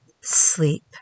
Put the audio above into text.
sleep